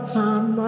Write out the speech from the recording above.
time